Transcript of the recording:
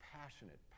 passionate